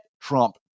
trump